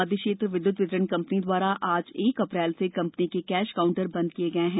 मध्य क्षेत्र विद्युत वितरण कंपनी द्वारा आज एक अप्रैल से कंपनी के कैश काउंटर बंद कर दिये गए हैं